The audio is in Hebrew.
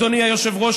אדוני היושב-ראש,